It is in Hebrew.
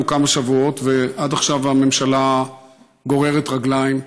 מקסימום נבקש, טוב, עד שאתם מחליטים,